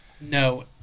No